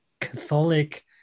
Catholic